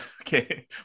Okay